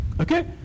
Okay